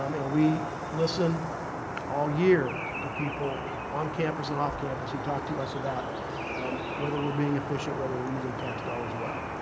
um and we listen all year to people on campus and off-campus who talk to us about um whether we're being efficient, whether we're using tax dollars well.